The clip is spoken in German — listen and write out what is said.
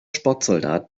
sportsoldat